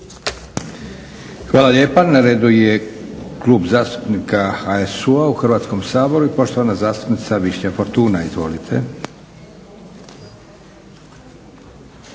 Hvala lijepa. Na redu je Klub zastupnika HSU-a u Hrvatskom saboru i poštovana zastupnica Višnja Fortuna. Izvolite.